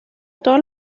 todas